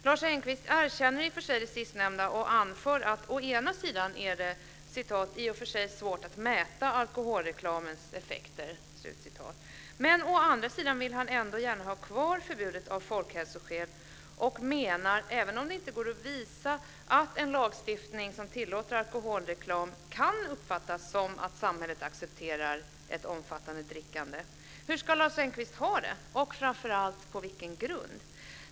Lars Engqvist erkänner å ena sidan det sistnämnda och anför att det i och för sig är svårt att mäta alkoholreklamens effekter, men å andra sidan vill han ändå gärna ha kvar förbudet av folkhälsoskäl, även om det inte går att visa att en lagstiftning som tillåter alkoholreklam kan uppfattas så att samhället accepterar ett omfattande drickande. Hur ska Lars Engqvist ha det, och framför allt på vilken grund?